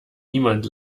niemand